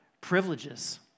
privileges